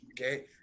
okay